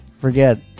Forget